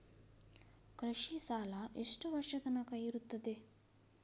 ಕೃಷಿ ಸಾಲ ಎಷ್ಟು ವರ್ಷ ತನಕ ಇರುತ್ತದೆ?